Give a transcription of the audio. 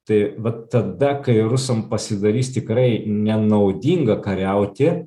tai vat tada kai rusam pasidarys tikrai nenaudinga kariauti